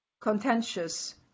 contentious